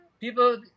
people –